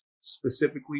specifically